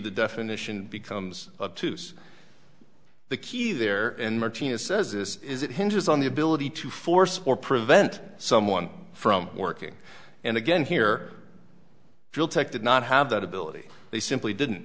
the definition becomes twos the key there and martinez says this is it hinges on the ability to force or prevent someone from working and again here realtek did not have that ability they simply didn't